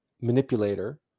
manipulator